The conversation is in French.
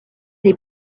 les